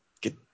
get